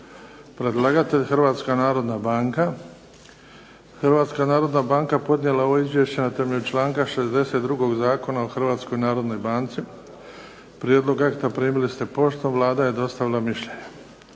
predlagatelj: Hrvatska narodna banka Hrvatska narodna banka podnijela je ovo izvješće na temelju članka 62. Zakona o Hrvatskoj narodnoj banci. Prijedlog akta primili ste poštom. Vlada je dostavila mišljenje.